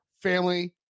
family